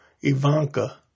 Ivanka